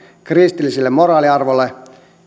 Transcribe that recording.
kristilliselle moraaliarvolle